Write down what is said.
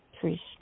priest